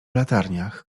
latarniach